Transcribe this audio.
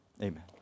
Amen